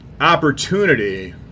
opportunity